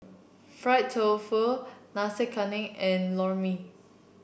Fried Tofu Nasi Kuning and Lor Mee